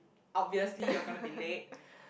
obviously you're gonna be late